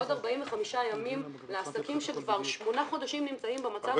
עוד 45 ימים לעסקים שכבר שמונה חודשים נמצאים במצב הזה.